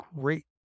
great